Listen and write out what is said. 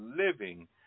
living